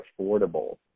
affordable